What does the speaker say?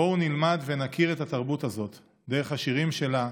בואו נלמד ונכיר את התרבות הזאת דרך השירים שלה,